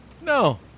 No